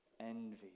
envy